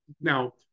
Now